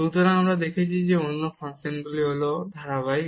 সুতরাং আমরা দেখেছি অন্য ফাংশনটি ধারাবাহিক